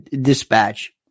dispatch